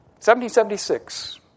1776